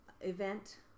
event